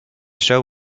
show